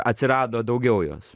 atsirado daugiau jos